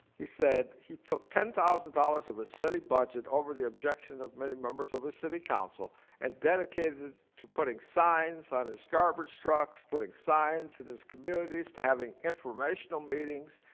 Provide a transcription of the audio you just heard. he said he took ten thousand dollars of his city budget over the objection of many members of his city council and dedicated to putting signs on his garbage trucks, putting signs in his communities to having informational meetings,